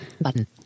Button